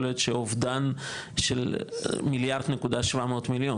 יכול להיות שאובדן של 1.7 מיליארד,